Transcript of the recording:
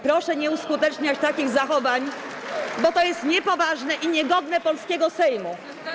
Proszę nie uskuteczniać takich zachowań, bo to jest niepoważne i niegodne polskiego Sejmu.